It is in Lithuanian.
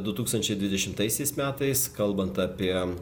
du tūkstančiai dvidešimtaisiais metais kalbant apie